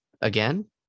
again